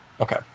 Okay